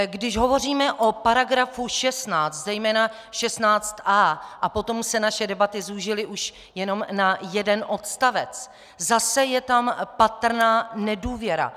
Když hovoříme o § 16, zejména 16a, a potom se naše debaty zúžily už jenom na jeden odstavec, zase je tam patrná nedůvěra.